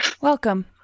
welcome